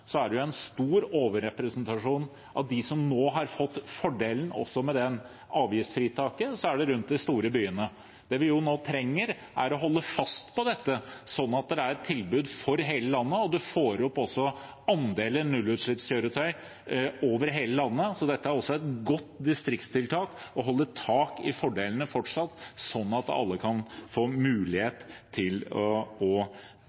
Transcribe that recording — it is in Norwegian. er det en stor overrepresentasjon av dem som nå har fått fordel av avgiftsfritaket, som bor rundt de store byene. Det vi nå trenger, er å holde fast ved dette, slik at det er et tilbud for hele landet, og at man får opp andelen nullutslippskjøretøy over hele landet. Det er også et godt distriktstiltak å holde fast ved fordelene fortsatt, slik at alle kan få mulighet til å